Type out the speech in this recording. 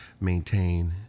maintain